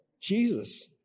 Jesus